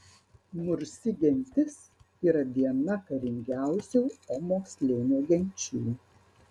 mursi gentis yra viena karingiausių omo slėnio genčių